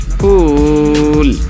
fool